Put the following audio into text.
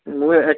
ମୁଁ